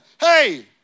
Hey